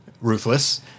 ruthless